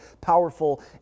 powerful